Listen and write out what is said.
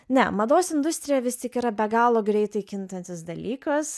ne mados industrija vis tik yra be galo greitai kintantis dalykas